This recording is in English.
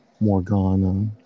Morgana